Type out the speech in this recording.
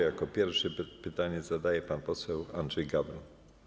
Jako pierwszy pytanie zadaje pan poseł Andrzej Gawron.